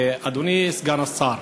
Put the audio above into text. אדוני סגן השר,